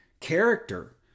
character